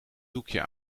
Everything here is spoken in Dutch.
doekje